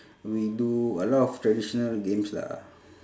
we do a lot of traditional games lah